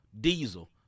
diesel